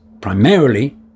primarily